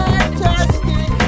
Fantastic